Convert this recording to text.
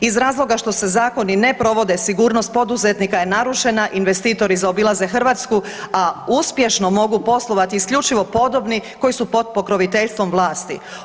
Iz razloga što se zakoni ne provode sigurnost poduzetnika je narušena, investitori zaobilaze Hrvatsku, a uspješno mogu poslovati isključivo podobni koji su pod pokroviteljstvom vlasti.